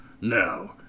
Now